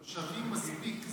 "תושבים" מספיק.